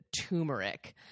turmeric